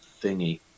thingy